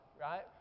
right